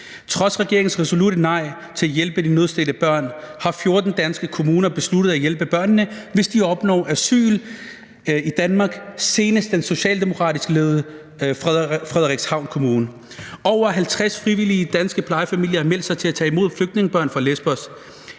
Trods regeringens resolutte nej til at hjælpe de nødstedte børn har 14 danske kommuner besluttet at hjælpe børnene, hvis de opnår asyl i Danmark, senest den socialdemokratisk ledede Frederikshavn Kommune. Over 50 frivillige danske plejefamilier har meldt sig til at tage imod flygtningebørn fra Lesbos.